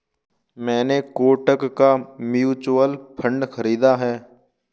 मैंने कोटक का mutual fund खरीदा है